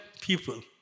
people